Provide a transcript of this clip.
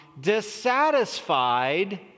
dissatisfied